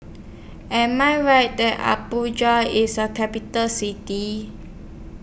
Am I Right that Abuja IS A Capital City